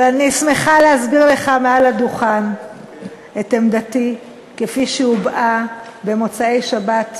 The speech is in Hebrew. אני שמחה להסביר לך מעל הדוכן את עמדתי כפי שהובעה במוצאי-שבת,